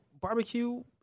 barbecue